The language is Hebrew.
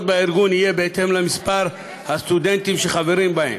בארגון יהיה בהתאם למספר הסטודנטים שחברים בהן.